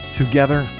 together